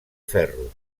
ferro